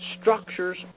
structures